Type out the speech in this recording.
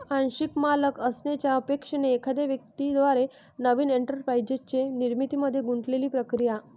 आंशिक मालक असण्याच्या अपेक्षेने एखाद्या व्यक्ती द्वारे नवीन एंटरप्राइझच्या निर्मितीमध्ये गुंतलेली प्रक्रिया